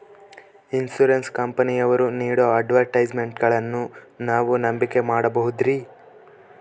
Insurance ಕಂಪನಿಯವರು ನೇಡೋ ಅಡ್ವರ್ಟೈಸ್ಮೆಂಟ್ಗಳನ್ನು ನಾವು ನಂಬಿಕೆ ಮಾಡಬಹುದ್ರಿ?